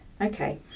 okay